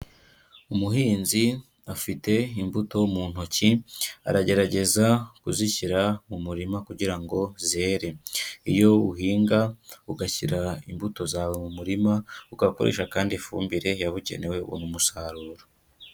Umuhinzi afite imbuto mu ntoki aragerageza kuzishyira mu murima kugira ngo zere, iyo uhinga ugashyira imbuto zawe mu murima, ugakoresha kandi ifumbire yabugenewe ubona umusaruro.